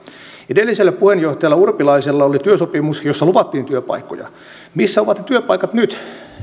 edellisellä puheenjohtajalla urpilaisella oli työsopimus jossa luvattiin työpaikkoja missä ovat ne työpaikat nyt